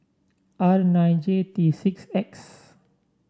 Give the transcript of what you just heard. R nine J T six X